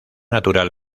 natural